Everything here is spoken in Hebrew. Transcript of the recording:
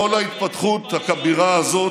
כל ההתפתחות הכבירה הזאת,